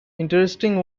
interesting